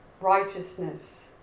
Righteousness